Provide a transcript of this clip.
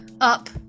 up